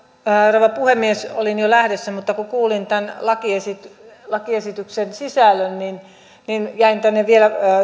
rouva puhemies olin jo lähdössä mutta kun kuulin tämän lakiesityksen lakiesityksen sisällön jäin tänne vielä